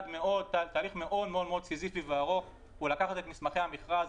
זה תהליך מאוד מאוד סיזיפי וארוך לקחת את מסמכי המכרז,